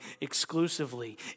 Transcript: exclusively